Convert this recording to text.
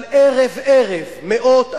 אבל ערב-ערב, מאות אנשים,